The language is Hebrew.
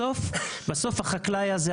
בסוף החקלאי הזה,